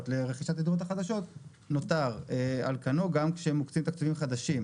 לבין רכישת הדירות החדשות נותר על כנו גם כשמוקצים תקציבים חדשים.